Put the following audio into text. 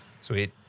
Sweet